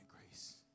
grace